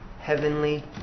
heavenly